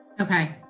okay